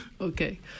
Okay